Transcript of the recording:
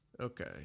Okay